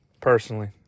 personally